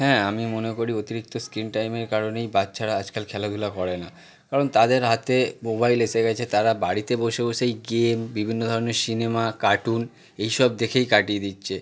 হ্যাঁ আমি মনে করি অতিরিক্ত স্ক্রিন টাইমের কারণেই বাচ্চারা আজকাল খেলাধুলো করে না কারণ তাদের হাতে মোবাইল এসে গেছে তারা বাড়িতে বসে বসেই গেম বিভিন্ন ধরনের সিনেমা কার্টুন এই সব দেখেই কাটিয়ে দিচ্ছে